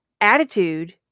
attitude